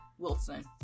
Wilson